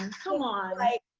and come on! like,